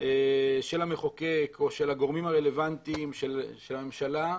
של המחוקק, של הגורמים הרלוונטיים, של הממשלה,